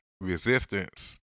resistance